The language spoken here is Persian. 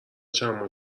چندماه